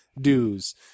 dues